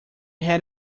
had